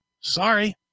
Sorry